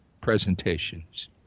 presentations